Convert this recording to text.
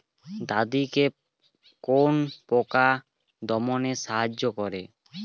দাদেকি কোন পোকা দমনে সাহায্য করে?